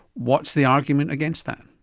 what's the argument against that?